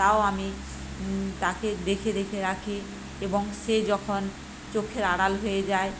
তাও আমি তাকে দেখে দেখে রাখি এবং সে যখন চোখের আড়াল হয়ে যায়